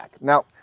Now